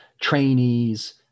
trainees